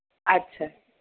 अच्छा